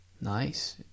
Nice